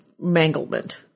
manglement